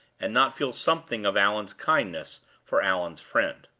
and not feel something of allan's kindness for allan's friend.